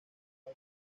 las